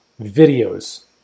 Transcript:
videos